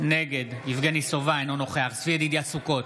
נגד יבגני סובה, אינו נוכח צבי ידידיה סוכות,